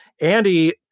Andy